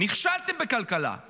נכשלתם בכלכלה.